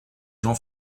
jean